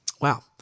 Wow